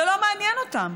זה לא מעניין אותם.